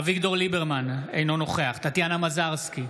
אביגדור ליברמן, אינו נוכח טטיאנה מזרסקי,